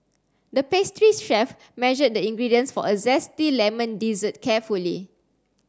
the pastry chef measured the ingredients for a zesty lemon dessert carefully